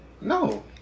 No